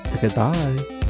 Goodbye